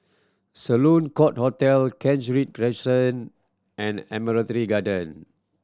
Sloane Court Hotel Kent Ridge Crescent and Admiralty Garden